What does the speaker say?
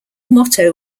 motto